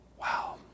Wow